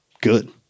good